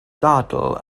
ddadl